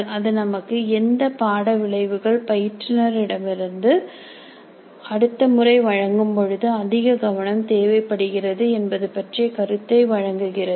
அது நமக்கு எந்த பாட விளைவுகள் பயிற்றுனர் இடமிருந்து அடுத்தமுறை வழங்கும் பொழுது அதிக கவனம் தேவைப்படுகிறது என்பது பற்றிய கருத்தை வழங்குகிறது